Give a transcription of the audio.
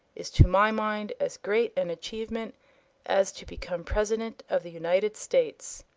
is to my mind as great an achievement as to become president of the united states.